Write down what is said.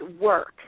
work